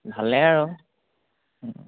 ভালে আৰু